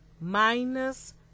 minus